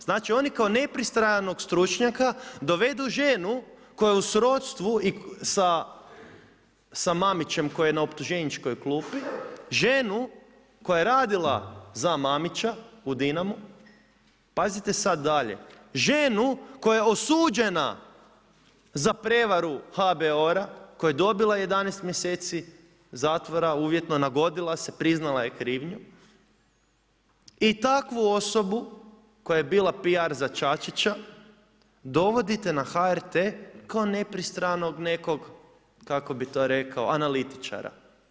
Znači oni kao nepristranog stručnjaka dovedu ženu koja je u srodstvu sa Mamićem koji je na optuženičkoj klupi, ženu koja je radila za Mamića u Dinamu, pazite sada dalje, ženu koja je osuđena za prijevaru HBOR-a koja je dobila 11 mjeseci zatvora uvjetno, nagodila se, priznala je krivnju i takvu osobu koja je bila PR za Čačića dovodite na HRT kao nepristranog nekog kako bi to rekao, analitičara.